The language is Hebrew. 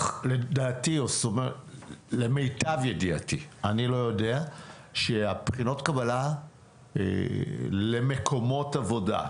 למיטב ידיעתי, בחינות קבלה למקומות עבודה.